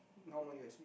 normal U_S_B